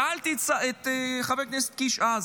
שאלתי את חבר הכנסת קיש אז,